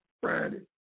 Friday